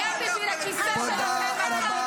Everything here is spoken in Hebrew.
אתם, בשביל הכיסא שלכם ------ תודה רבה.